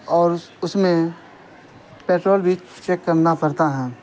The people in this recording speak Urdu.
اور اس میں پٹرول بھی چیک کرنا پڑتا ہیں